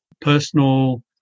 personal